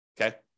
Okay